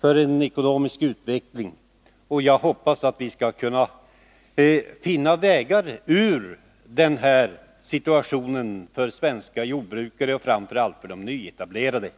för den ekonomiska utvecklingen, och jag hoppas att vi skall kunna finna vägar ur den här situationen för svenska jordbrukare och framför allt för de nyetablerade.